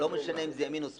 לא משנה אם זה ימין או שמאל,